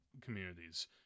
communities